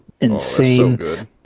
insane